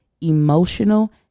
emotional